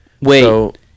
Wait